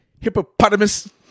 Hippopotamus